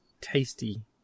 tasty